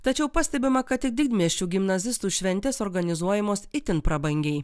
tačiau pastebima kad tik didmiesčių gimnazistų šventės organizuojamos itin prabangiai